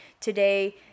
today